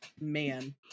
man